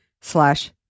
slash